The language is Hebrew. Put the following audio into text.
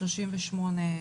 38 מוטציות.